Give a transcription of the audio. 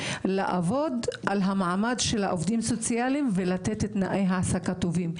לעבוד על המעמד של העובדים הסוציאליים ולתת תנאי העסקה טובים,